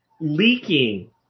leaking